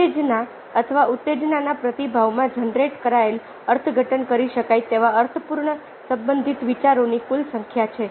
ઉત્તેજના અથવા ઉત્તેજનાના પ્રતિભાવમાં જનરેટ કરાયેલ અર્થઘટન કરી શકાય તેવા અર્થપૂર્ણ સંબંધિત વિચારોની કુલ સંખ્યા છે